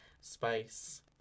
spice